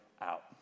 out